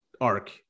arc